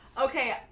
Okay